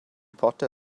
potter